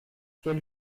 quel